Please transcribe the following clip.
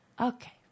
Okay